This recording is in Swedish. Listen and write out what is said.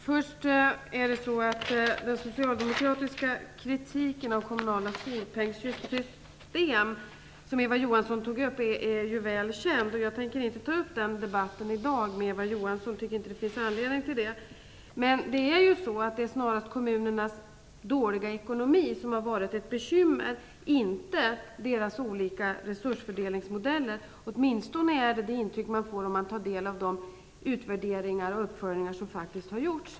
Herr talman! Den socialdemokratiska kritiken av det kommunala skolpengssystemet, som Eva Johansson tog upp, är väl känd. Jag tänker inte ta upp den debatten i dag med henne. Jag tycker inte att det finns någon anledning till det. Det är snarast kommunernas dåliga ekonomi som har varit ett bekymmer, inte deras olika resursfördelningsmodeller. Det är åtminstone det intryck som man får när man tar del av de utvärderingar och uppföljningar som faktiskt har gjorts.